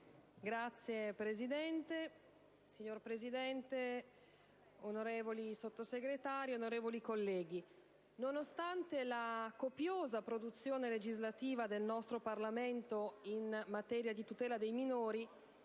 *(PdL)*. Signor Presidente, onorevole Sottosegretario, onorevoli colleghi, nonostante la copiosa produzione legislativa del nostro Parlamento in materia di tutela dei minori,